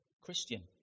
Christian